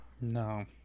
No